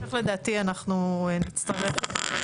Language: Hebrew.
בהמשך לדעתי אנחנו נצטרך לתת.